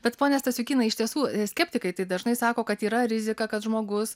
bet pone stasiukynai iš tiesų skeptikai tai dažnai sako kad yra rizika kad žmogus